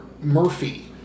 Murphy